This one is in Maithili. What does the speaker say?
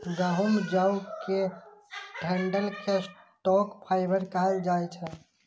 गहूम, जौ के डंठल कें स्टॉक फाइबर कहल जाइ छै